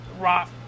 Rock